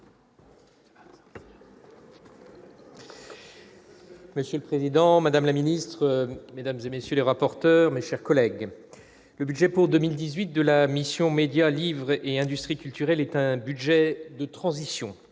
Monsieur le président, madame la ministre, mesdames, messieurs les rapporteurs, mes chers collègues, le budget pour 2018 de la mission « Médias, livre et industries culturelles » est un budget de transition